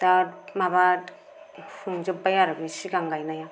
दा माबा फुंजोब्बाय आरो बे सिगां गायनाया